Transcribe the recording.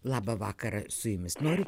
labą vakarą su jumis noriu